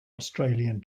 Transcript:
australian